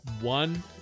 one